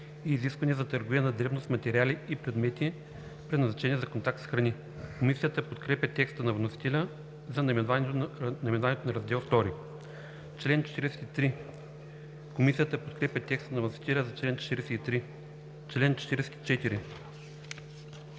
и изисквания за търговия на дребно с материали и предмети, предназначени за контакт с храни“. Комисията подкрепя текста на вносителя за наименованието на Раздел II. Комисията подкрепя текста на вносителя за чл. 43. По чл.